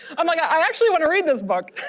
um like i actually want to read this book.